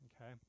Okay